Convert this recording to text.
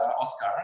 Oscar